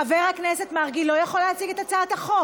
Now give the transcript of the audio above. חבר הכנסת מרגי לא יכול להציג את הצעת החוק.